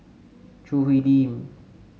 Choo Hwee Lim